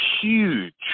huge